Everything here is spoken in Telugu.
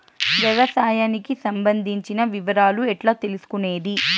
వ్యవసాయానికి సంబంధించిన వివరాలు ఎట్లా తెలుసుకొనేది?